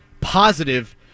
positive